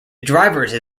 drivers